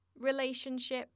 relationship